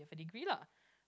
degree lah